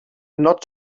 not